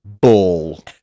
ball